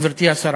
גברתי השרה: